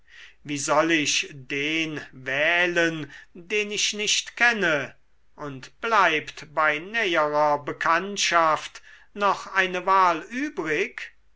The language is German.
wie soll ich den wählen den ich nicht kenne und bleibt bei näherer bekanntschaft noch eine wahl übrig